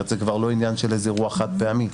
זה כבר לא עניין של איזה אירוע חד פעמי,